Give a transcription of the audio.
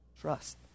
trust